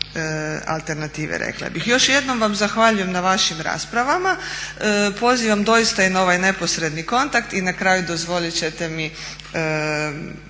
alternative rekla bih. Još jednom vam zahvaljujem na vašim raspravama. Pozivam doista i na ovaj neposredni kontakt. I na kraju dozvolite ćete mi